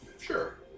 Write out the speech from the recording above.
Sure